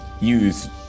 use